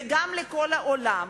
וגם לכל העולם.